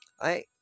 I-